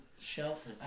Shelf